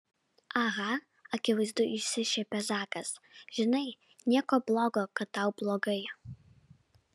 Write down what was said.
aha akivaizdu išsišiepia zakas žinai nieko blogo kad tau blogai